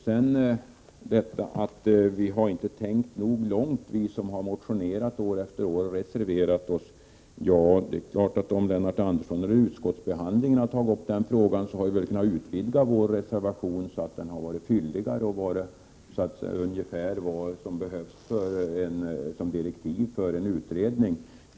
Sedan heter det att vi som motionerat år efter år och reserverat oss inte har tänkt tillräckligt långt. Hade Lennart Andersson under utskottsbehandlingen tagit upp frågan, hade vi väl kunnat utvidga vår reservation, så att den blivit fylligare och tillräcklig som direktiv för en utredning.